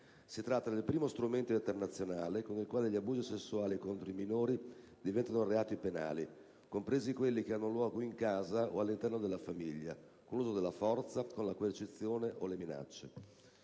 Si tratta del primo strumento internazionale con il quale gli abusi sessuali contro i minori diventano reati penali, compresi quelli che hanno luogo in casa o all'interno della famiglia, con l'uso della forza, con la coercizione o le minacce.